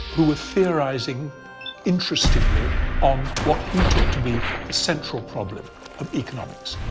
who were theorizing interestingly on what he took to be the central problem of economics.